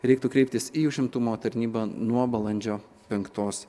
reiktų kreiptis į užimtumo tarnybą nuo balandžio penktos